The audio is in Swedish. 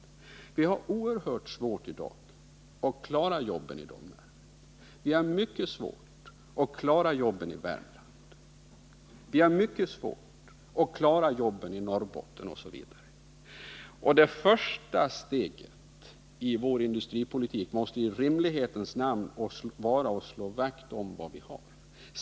Vi har i dag oerhört svårt att klara jobben i Domnarvet. Vi har mycket svårt att klara jobben i Värmland, i Norrbotten osv. Det första steget i vår industripolitik måste i rimlighetens namn vara att slå vakt om vad vi har.